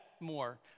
more